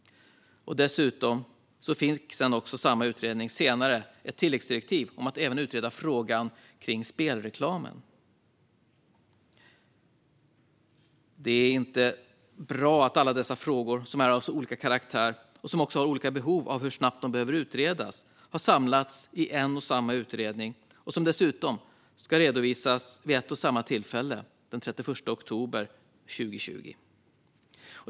Dessutom fick samma utredning senare också ett tilläggsdirektiv om att även utreda frågan kring spelreklamen. Det är inte bra att alla dessa frågor, som är av så olika karaktär och där behovet av snabb utredning varierar, har samlats i en och samma utredning och dessutom ska redovisas vid ett och samma tillfälle, nämligen den 31 oktober 2020.